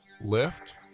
Lift